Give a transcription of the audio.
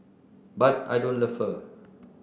but I don't love her